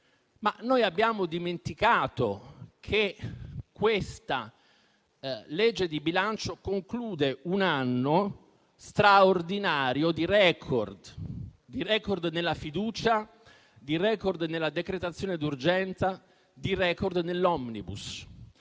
noi abbiamo dimenticato che questa legge di bilancio conclude un anno straordinario di *record* nella fiducia, nella decretazione d'urgenza, dell'*omnibus*.